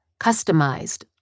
customized